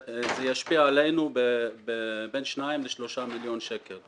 זה ישפיע עלינו בין שניים לשלושה מיליון שקלים.